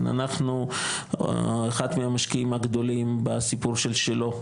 אנחנו אחד מהמשקיעים הגדולים בסיפור של שילה,